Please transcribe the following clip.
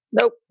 Nope